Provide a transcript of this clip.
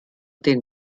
den